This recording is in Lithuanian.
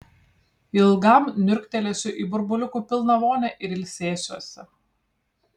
ilgam niurktelėsiu į burbuliukų pilną vonią ir ilsėsiuosi